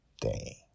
day